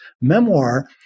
Memoir